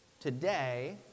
...today